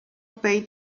pay